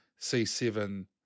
C7